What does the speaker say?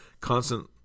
constant